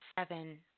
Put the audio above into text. Seven